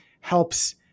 helps